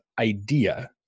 idea